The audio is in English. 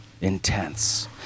Intense